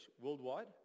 worldwide